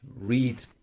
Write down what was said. read